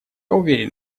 уверен